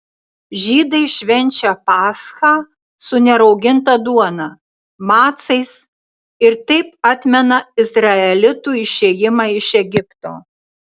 žydai švenčia paschą su nerauginta duona macais ir taip atmena izraelitų išėjimą iš egipto